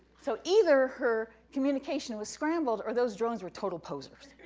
so, either her communication was scrambled, or those drones were total posers.